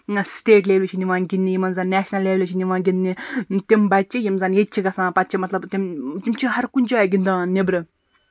state لیٚولہِ چھِ نِوان گِنٛدنہِ یِمن زَن نیشنَل لیٚولہِ چھِ نِوان گِنٛدنہِ تِم بَچہٕ یِم زَن ییٚتہِ چھِ گژھان پَتہٕ چھِ مطلب تِم تِم چھِ ہَر کُنہِ جایہِ گِندان نٮ۪برٕ